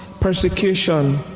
persecution